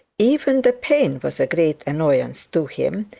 even the pain was a great annoyance to him,